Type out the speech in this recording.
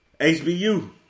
HBU